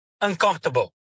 uncomfortable